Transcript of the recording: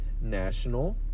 national